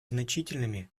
значительными